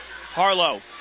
Harlow